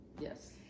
Yes